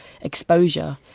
exposure